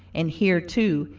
and here, too,